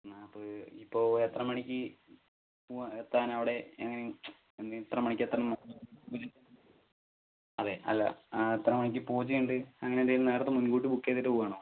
നാൽപ്പത് ഇപ്പോൾ എത്ര മണിക്ക് പോവാൻ എത്താൻ അവിടെ എന്നി എത്ര മണിക്ക് എത്തണം അതെ അല്ല ഇത്ര മണിക്ക് പൂജയുണ്ട് അങ്ങനെയെന്തെങ്കിലും നേരത്തെ മുൻകൂട്ടി ബുക്ക് ചെയ്തിട്ട് പോവാണോ